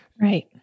Right